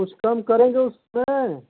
कुछ कम करेंगे उसमें